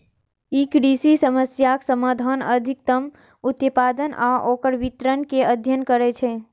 ई कृषि समस्याक समाधान, अधिकतम उत्पादन आ ओकर वितरण के अध्ययन करै छै